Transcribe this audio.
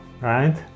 right